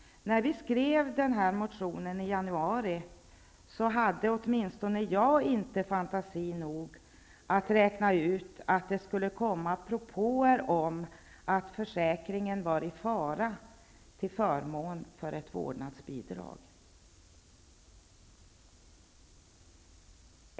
När vi i januari väckte vår motion om detta hade åtminstone inte jag fantasi nog att räkna ut att det skulle komma propåer om att försäkringen var i fara till förmån för ett vårdnadsbidrag.